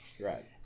Right